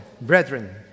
brethren